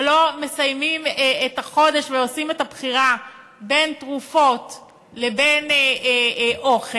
שלא מסיימים את החודש ועושים את הבחירה בין תרופות לבין אוכל,